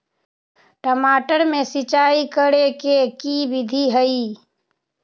टमाटर में सिचाई करे के की विधि हई?